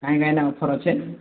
କାହିଁକି ନା ଏଇନେ ଅଫର ଅଛି